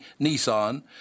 Nissan